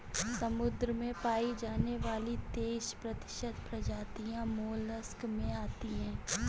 समुद्र में पाई जाने वाली तेइस प्रतिशत प्रजातियां मोलस्क में आती है